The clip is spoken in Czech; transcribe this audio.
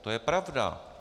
To je pravda.